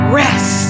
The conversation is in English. rest